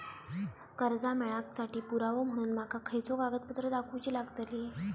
कर्जा मेळाक साठी पुरावो म्हणून माका खयचो कागदपत्र दाखवुची लागतली?